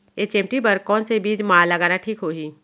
HMT बर कौन से बीज मा लगाना ठीक होही?